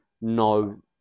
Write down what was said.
No